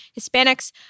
Hispanics